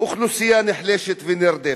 אוכלוסייה נחלשת ונרדפת.